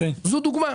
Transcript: זו דוגמה.